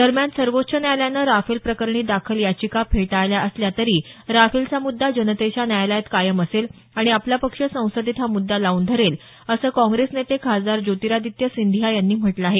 दरम्यान सर्वोच्च न्यायालयानं राफेल प्रकरणी दाखल याचिका फेटाळल्या असल्या तरी राफेलचा मुद्दा जनतेच्या न्यायालयात कायम असेल आणि आपला पक्ष संसदेत हा मुद्दा लावून धरेल असं काँग्रेस नेते खासदार ज्योतिरादित्य सिंधिया यांनी म्हटल आहे